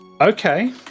Okay